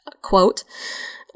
Quote